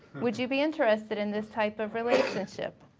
would you be interested in this type of relationship?